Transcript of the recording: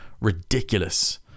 Ridiculous